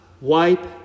wipe